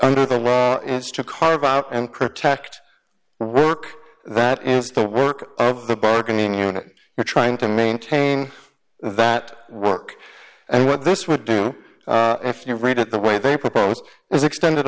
under the law is to carve out and protest work that ends the work of the bargaining unit you're trying to maintain that work and what this would do if you read it the way they proposed is extend